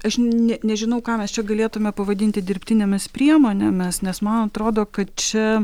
aš ne nežinau ką mes čia galėtume pavadinti dirbtinėmis priemonėmis nes man atrodo kad čia